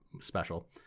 special